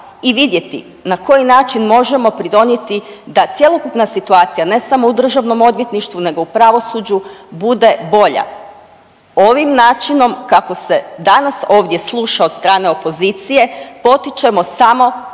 i vidjeti na koji način možemo pridonijeti da cjelokupna situacija ne samo u državnom odvjetništvu nego u pravosuđu bude bolje. Ovim načinom kako se danas ovdje sluša od strane opozicije potičemo samo